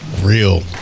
real